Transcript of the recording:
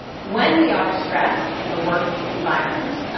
when we are stressed in a work environment,